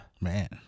man